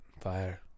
Fire